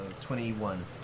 Twenty-one